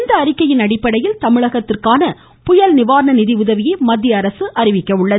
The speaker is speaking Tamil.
இந்த அறிக்கையின் அடிப்படையில் தமிழகத்திற்கான புயல் நிவாரண நிதி உதவியை மத்திய அரசு அறிவிக்க உள்ளது